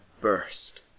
burst